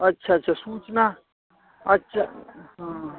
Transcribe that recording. अच्छा अच्छा सूचना अच्छा हाँ